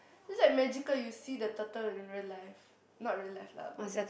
this like magical you see the turtle in real life not real life lah but ya